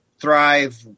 thrive